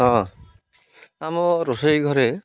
ହଁ ଆମ ରୋଷେଇ ଘରେ